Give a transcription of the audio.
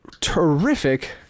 terrific